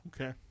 Okay